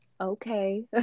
okay